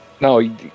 No